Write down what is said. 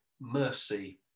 mercy